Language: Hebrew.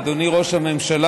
אדוני ראש הממשלה,